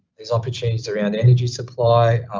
there's opportunities around energy supply,